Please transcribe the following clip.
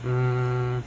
mm